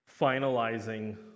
finalizing